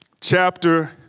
chapter